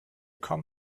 come